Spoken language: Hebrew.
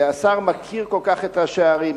השר מכיר כל כך את ראשי הערים,